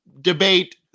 debate